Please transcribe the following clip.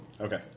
Okay